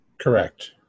Correct